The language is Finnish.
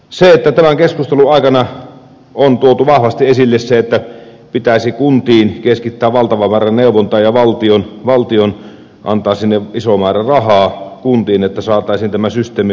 tämän keskustelun aikana on tuotu vahvasti esille se että pitäisi kuntiin keskittää valtava määrä neuvontaa ja valtion antaa iso määrä rahaa kuntiin että saataisiin tämä systeemi pelaamaan